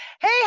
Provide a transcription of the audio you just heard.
Hey